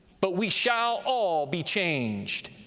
but we shall all be changed,